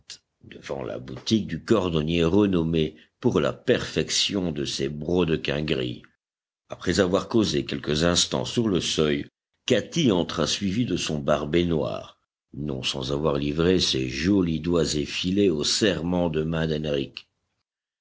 devant la boutique du cordonnier renommé pour la perfection de ses brodequins gris après avoir causé quelques instants sur le seuil katy entra suivie de son barbet noir non sans avoir livré ses jolis doigts effilés au serrement de main